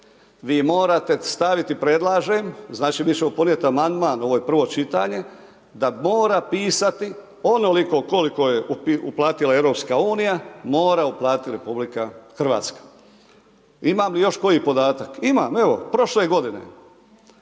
Vi morate staviti predlažem, znači mi ćemo ponijeti amandman, ovo je prvo čitanje da mora pisati onoliko koliko je uplatila EU, mora uplatiti RH. Imam li još koji podatak? Imam. Evo, prošle godine,